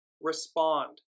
respond